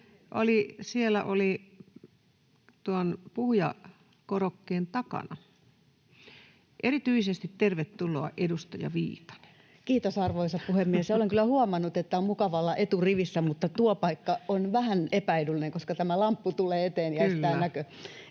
siellä tuon puhujakorokkeen takana. Erityisesti tervetuloa, edustaja Viitanen. Kiitos, arvoisa puhemies! Olen kyllä huomannut, että on mukava olla eturivissä, mutta tuo paikka on vähän epäedullinen, koska tämä lamppu tulee eteen